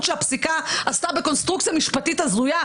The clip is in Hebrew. שהפסיקה עשתה בקונסטרוקציה משפטית הזויה,